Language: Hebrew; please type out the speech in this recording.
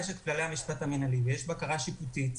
יש כללי המשפט המנהלי ויש בקרה שיפוטית.